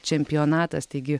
čempionatas taigi